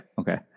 Okay